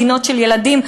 גינות של ילדים,